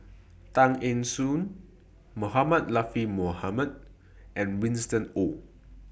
Tan Eng Joo Mohamed Latiff Mohamed and Winston Oh